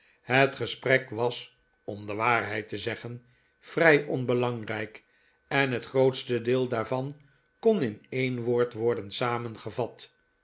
het gesprek was om de waarheid te zeggen vrij onbelangrijk en het grootste deel daarvan kon in een woord worden samengevat